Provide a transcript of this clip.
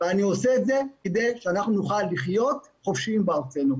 ואני עושה את זה כדי שאנחנו נוכל לחיות חופשיים בארצנו,